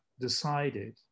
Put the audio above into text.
decided